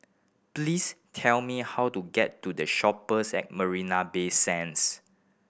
please tell me how to get to The Shoppes at Marina Bay Sands